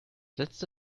letzte